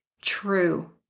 true